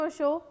show